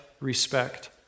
respect